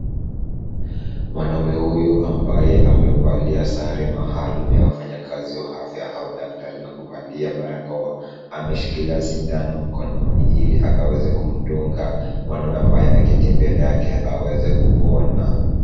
Mwanaume huyu ambaye amevalia sare maalum ya wafanyakazi wa afya au daktari na kuvalia barakoa ameshikilia sindano mkononi ili akaweze kumdunga mwanaume ambaye ameketi mbele yake aweze kupona.